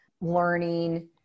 learning